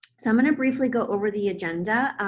so i'm going to briefly go over the agenda.